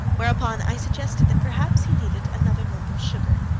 whereupon i suggested that perhaps he needed another lump of sugar,